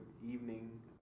evening